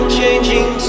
changing